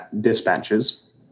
dispatches